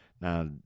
Now